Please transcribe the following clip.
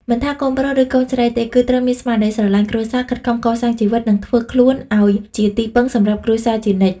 មិនថាកូនប្រុស ឬកូនស្រីទេ គឺត្រូវមានស្មារតីស្រឡាញ់គ្រួសារ ខិតខំកសាងជីវិត និងធ្វើខ្លួនឱ្យជាទីពឹងសម្រាប់គ្រួសារជានិច្ច។